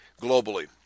globally